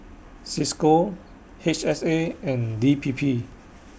CISCO H S A and D P P